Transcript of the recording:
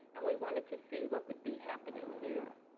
and we wanted to see what would be happening here.